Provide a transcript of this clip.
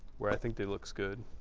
where i think they look good.